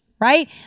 right